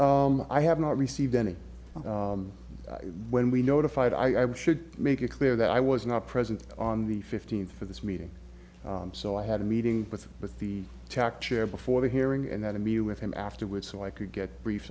i have not received any when we notified i should make it clear that i was not present on the fifteenth for this meeting so i had a meeting with with the tact year before the hearing and that to be with him afterwards so i could get briefed